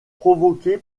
provoqué